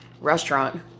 restaurant